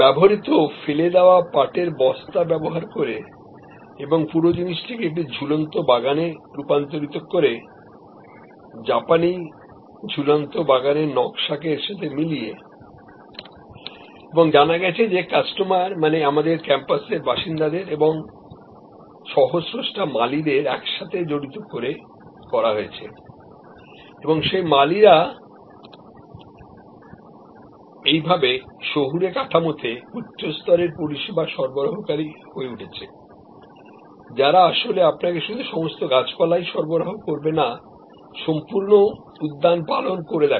ব্যবহৃত ফেলে দেওয়া পাটের বস্তা ব্যবহার করে এবং পুরো জিনিসটিকে একটি ঝুলন্ত বাগানে রূপান্তরিত করে জাপানি ঝুলন্ত বাগানের নকশাকে এর সাথে মিলিয়েএবং জানা গেছে যে কাস্টমার মানে আমাদের ক্যাম্পাসের বাসিন্দাদের এবং সহ স্রষ্টা মালীদের একসাথে জড়িত করে করা হয়েছে এবং সেই মালিরা এইভাবে শহুরে কাঠামোতে উচ্চ স্তরের পরিষেবা সরবরাহকারী হয়ে উঠবেন যারা আসলে আপনাকে শুধু সমস্ত গাছপালাই সরবরাহ করবে না সম্পূর্ণ উদ্যানপালন করে দেখাবে